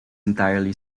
entirely